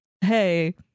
hey